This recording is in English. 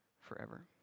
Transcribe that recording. forever